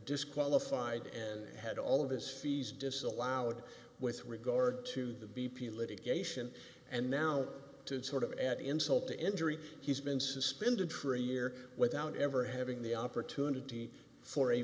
disqualified and had all of his fees disallowed with regard to the b p litigation and now to sort of add insult to injury he's been suspended for a year without ever having the opportunity for a